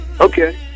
Okay